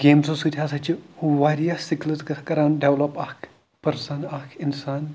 گیمزو سۭتۍ ہَسا چھِ واریاہ سکلز کَران ڈیٚولَپ اَکھ پٔرسَن اکھ اِنسان